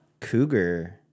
cougar